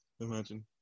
imagine